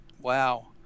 wow